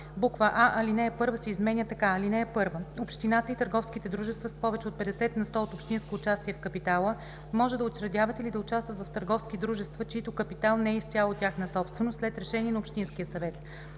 51а: а) алинея 1 се изменя така: „(1) Общината и търговските дружества с повече от 50 на сто общинско участие в капитала може да учредяват или да участват в търговски дружества, чийто капитал не е изцяло тяхна собственост, след решение на общинския съвет.